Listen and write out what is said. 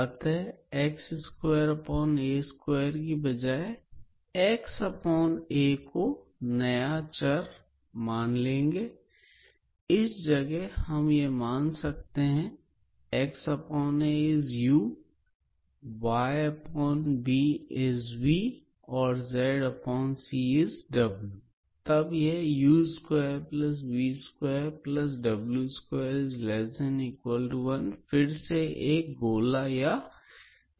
अतः x2a2के बजाय xaको नया चर मानने पर तथा मानने पर यह की तरह बन जायेगा जो कि पुनः एक स्फीयर या गोला है